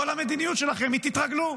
כל המדיניות שלכם היא: תתרגלו.